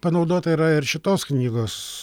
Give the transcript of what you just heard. panaudota yra ir šitos knygos